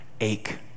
ache